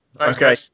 okay